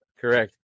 correct